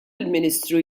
ministru